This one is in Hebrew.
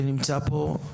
שנמצא פה,